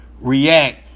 react